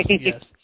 yes